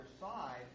side